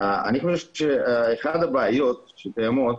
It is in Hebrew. אני חושב שאחת הבעיות שקיימות,